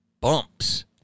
bumps